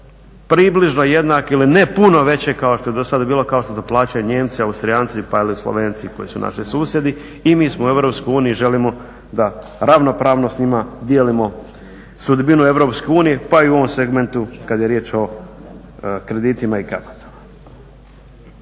približno jednake ili ne puno veće kao što je do sada bilo kao što su plaćali Nijemci, Austrijanci pa i Slovenci koji su naši susjedi i mi smo u EU i želimo da ravnopravno s njima dijelimo sudbinu EU pa i u ovom segmentu kada je riječ o kreditima i kamatama.